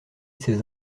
ses